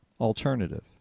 alternative